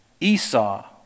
Esau